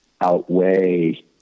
outweigh